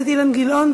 חבר הכנסת אילן גילאון,